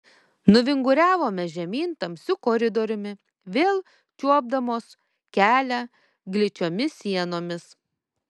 nuvinguriavome žemyn tamsiu koridoriumi vėl čiuopdamos kelią gličiomis sienomis